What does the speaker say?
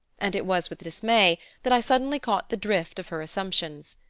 and it was with dismay that i suddenly caught the drift of her assumptions.